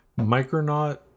micronaut